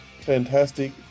fantastic